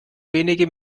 wenige